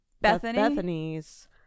Bethany's